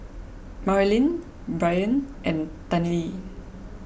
Marilyn Brien and Tennille